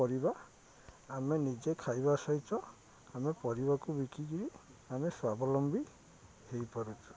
ପରିବା ଆମେ ନିଜେ ଖାଇବା ସହିତ ଆମେ ପରିବାକୁ ବିକିକିରି ଆମେ ସ୍ୱାବଲମ୍ବୀ ହେଇପାରୁଛୁ